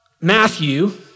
Matthew